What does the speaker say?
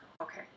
Okay